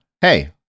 hey